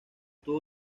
tuvo